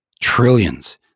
Trillions